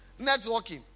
networking